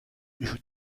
jouent